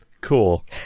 cool